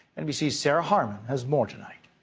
nbc's sarah harman has more tonight.